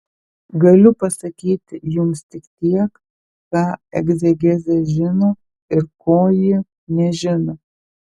galiu pasakyti jums tik tiek ką egzegezė žino ir ko ji nežino